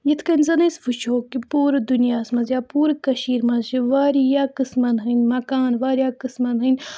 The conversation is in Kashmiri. یِتھ کٔنۍ زَن أسۍ وٕچھو کہِ پوٗرٕ دُنیاہَس منٛز یا پوٗرٕ کٔشیٖرِ منٛز چھِ واریاہ قٕسمَن ہٕنٛدۍ مکان واریاہ قٕسمَن ہٕنٛدۍ